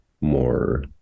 more